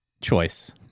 choice